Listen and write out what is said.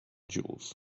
jewels